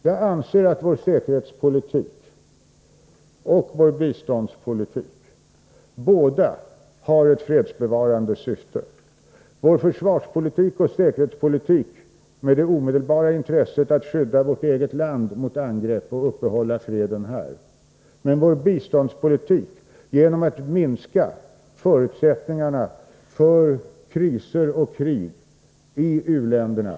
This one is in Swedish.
Jag anser att vår säkerhetspolitik och vår biståndspolitik båda har ett fredsbevarande syfte: vår säkerhetsoch försvarspolitik med det omedelbara intresset att skydda vårt eget land mot angrepp och uppehålla freden här; vår biståndspolitik genom att minska förutsättningar för kriser och krig i u-länderna.